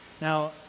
Now